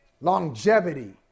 Longevity